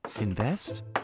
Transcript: Invest